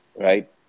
Right